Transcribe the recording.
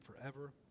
forever